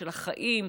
של החיים,